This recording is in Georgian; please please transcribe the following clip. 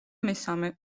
მესამე